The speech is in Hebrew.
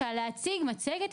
שצריך להנגיש את